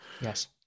Yes